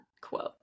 quote